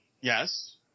Yes